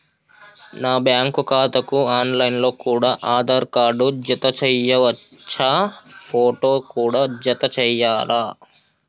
నా బ్యాంకు ఖాతాకు online లో కూడా ఆధార్ కార్డు జత చేయవచ్చా ఫోటో కూడా జత చేయాలా?